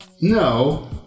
No